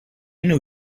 new